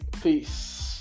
Peace